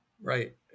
Right